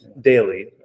daily